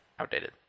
outdated